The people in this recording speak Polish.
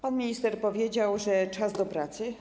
Pan minister powiedział, że czas do pracy.